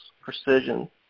Precision